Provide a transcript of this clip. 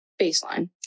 baseline